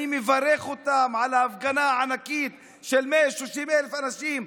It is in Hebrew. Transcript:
אני מברך אותם על ההפגנה הענקית של 130,000 אנשים.